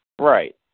Right